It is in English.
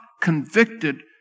convicted